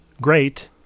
great